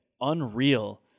unreal